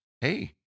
Hey